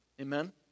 Amen